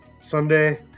Sunday